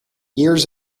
years